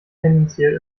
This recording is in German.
tendenziell